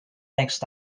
next